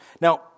Now